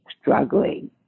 struggling